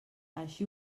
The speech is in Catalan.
així